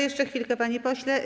Jeszcze chwilkę, panie pośle.